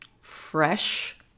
fresh